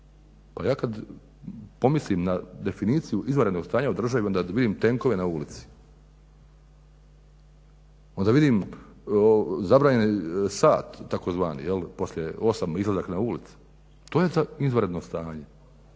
Pa ja kad pomislim na definiciju izvanrednog stanja u državi, onda vidim tenkove na ulici. Onda vidim zabranjeni sat, tzv. poslije 8.00 izlazak na ulicu. To je izvanredno stanje.